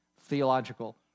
theological